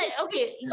okay